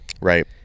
right